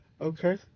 Okay